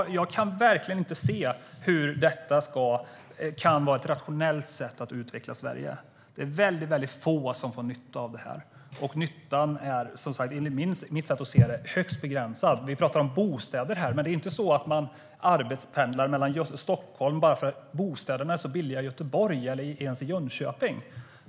Jag kan verkligen inte se hur detta kan vara ett rationellt sätt att utveckla Sverige. Det är väldigt få som får nytta av detta, och nyttan är enligt mitt sätt att se det högst begränsad. Vi talar om bostäder här, men det är ju inte så att man arbetspendlar långa sträckor till Stockholm bara för att bostäderna är så billiga i Göteborg eller i Jönköping.